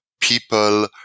people